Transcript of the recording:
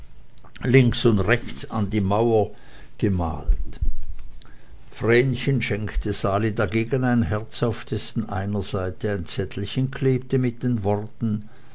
links und rechts an die mauer gemalt vrenchen schenkte sali dagegen ein herz auf dessen einer seite ein zettelchen klebte mit den worten